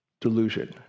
delusion